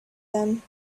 them